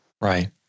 Right